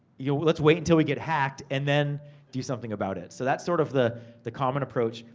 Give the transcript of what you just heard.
yeah let's wait until we get hacked, and then do something about it. so, that's sort of the the common approach.